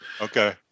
Okay